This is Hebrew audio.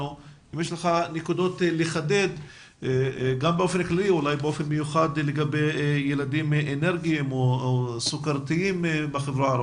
אם תוכל לחדד מספר נקודות לגבי ילדים אלרגיים או סוכרתיים בחברה הערבית.